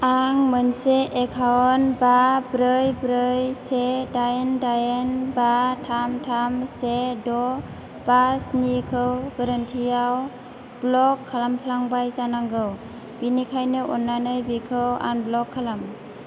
आं मोनसे एकाउन्ट बा ब्रै ब्रै से दाइन दाइन बा थाम थाम से द' बा स्निखौ गोरोन्थियाव ब्ल'क खालामफ्लांबाय जानांगौ बेनिखायनो अन्नानै बेखौ आनब्ल'क खालाम